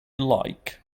like